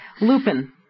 Lupin